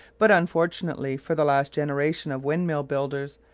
but, unfortunately for the last generation of windmill builders,